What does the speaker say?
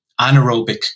anaerobic